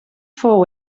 fou